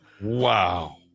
Wow